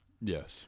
Yes